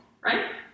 right